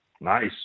nice